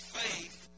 faith